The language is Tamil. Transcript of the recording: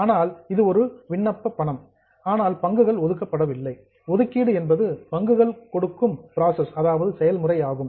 அதனால் இது ஒரு விண்ணப்ப பணம் ஆனால் பங்குகள் ஒதுக்கப்படவில்லை அல்லோட்மெண்ட் ஒதுக்கீடு என்பது பங்குகளை கொடுக்கும் புரோசெஸ் செயல்முறை ஆகும்